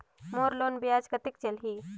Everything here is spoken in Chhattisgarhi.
मोर लोन ब्याज कतेक चलही?